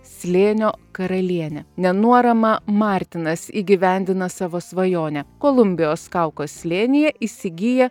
slėnio karalienė nenuorama martinas įgyvendina savo svajonę kolumbijos kauko slėnyje įsigija